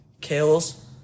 kills